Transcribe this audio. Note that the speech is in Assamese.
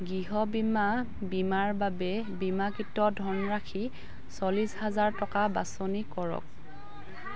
গৃহ বীমা বীমাৰ বাবে বীমাকৃত ধনৰাশি চল্লিছ হাজাৰ টকা বাছনি কৰক